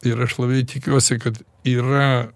ir aš labai tikiuosi kad yra